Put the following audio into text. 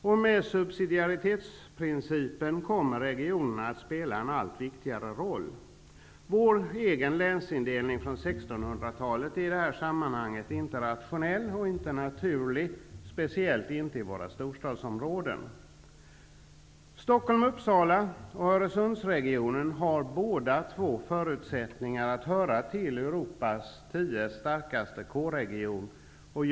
Till följd av subsidiaritetsprincipen kommer regionerna att spela en allt viktigare roll. Vår egen länsindelning från 1600-talet är i det här sammanhanget inte rationell eller naturlig -- speciellt inte i våra storstadsområden. Öresundsregionen har båda förutsättningar att höra till Europas tio starkaste K-regioner.